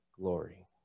glory